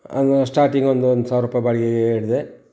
ಆಗ ಸ್ಟಾರ್ಟಿಂಗ್ ಒಂದು ಒಂದು ಸಾವಿರ ರುಪಾಯ್ ಬಾಡಿಗೆಗೆ ಹಿಡಿದೆ